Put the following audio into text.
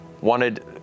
wanted